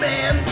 Man